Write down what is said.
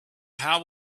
how